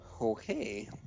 okay